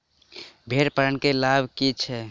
भेड़ पालन केँ की लाभ छै?